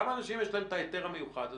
לכמה אנשים יש את ההיתר המיוחד הזה?